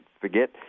forget